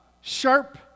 sharp